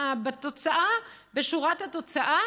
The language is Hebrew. בשורת התוצאה,